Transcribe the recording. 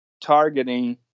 Targeting